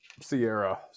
sierra